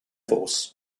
force